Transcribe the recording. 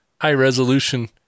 high-resolution